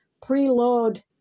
preload